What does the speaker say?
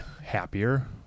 happier